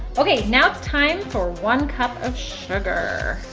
okay now it's time for one cup of sugar.